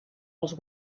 als